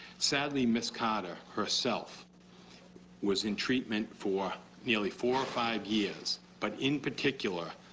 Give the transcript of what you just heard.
sadly, ms. carter herself was in treatment for nearly four or five years but in particular,